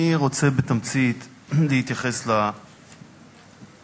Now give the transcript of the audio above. אני רוצה בתמצית להתייחס לעובדות.